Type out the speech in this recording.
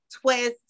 twist